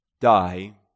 die